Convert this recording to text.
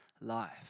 life